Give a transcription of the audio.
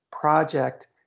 project